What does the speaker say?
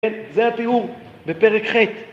זה הביאור, בפרק ח'